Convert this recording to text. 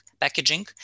packaging